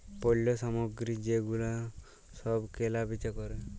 পল্য সামগ্রী যে গুলা সব কেলা বেচা ক্যরে